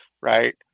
right